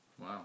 wow